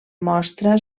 mostra